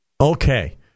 Okay